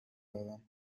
دارم